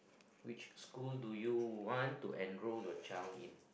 which school do you want to enroll your child in